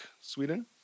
Sweden